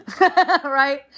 right